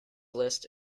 list